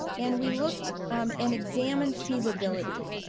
and we looked um and examined feasibility.